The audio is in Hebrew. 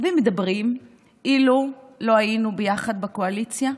ומדברים אילו לא היינו ביחד בקואליציה?